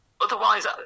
Otherwise